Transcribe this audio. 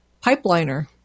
pipeliner